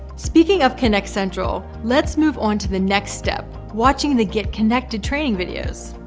speaking of kynect central, let's move on to the next step, watching the get kynected training videos.